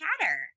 chatter